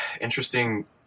Interesting